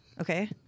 Okay